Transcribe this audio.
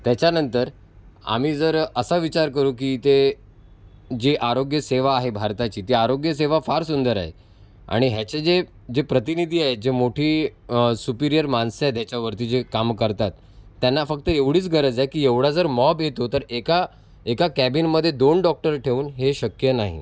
त्याच्यानंतर आम्ही जर असा विचार करू की ते जी आरोग्यसेवा आहे भारताची त्या आरोग्यसेवा फार सुंदर आहे आणि ह्याचे जे जे प्रतिनिधी आहेत जे मोठी सुपिरियर माणसं आहेत ह्याच्यावरती जे कामं करतात त्यांना फक्त एवढीच गरज आहे की एवढा जर मॉब येतो तर एका एका कॅबिनमध्ये दोन डॉक्टर ठेवून हे शक्य नाही